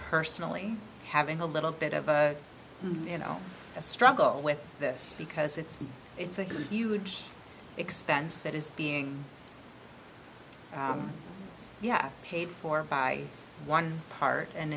personally having a little bit of a you know a struggle with this because it's it's a huge expense that is being yeah paid for by one part and